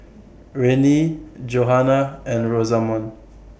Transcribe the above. Rennie Johannah and Rosamond